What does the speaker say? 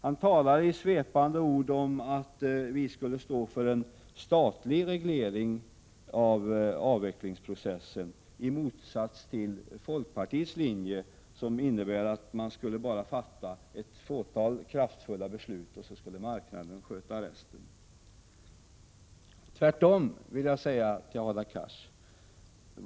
Han talar i svepande ordalag om att socialdemokraterna skulle stå för en statlig reglering av avvecklingsprocessen i motsats till folkpartiets linje som innebär att man bara skulle fatta ett fåtal kraftfulla beslut och att marknaden sedan skulle sköta resten. Det är tvärtom, Hadar Cars.